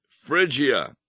Phrygia